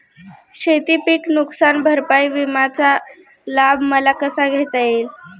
शेतीपीक नुकसान भरपाई विम्याचा लाभ मला कसा घेता येईल?